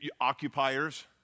Occupiers